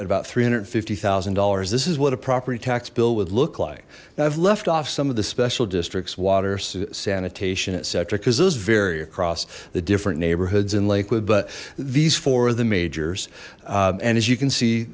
about three hundred and fifty thousand dollars this is what a property tax bill would look like i've left off some of the special districts water sanitation etc because those vary across the different neighborhoods in lakewood but these four of the majors and as you can see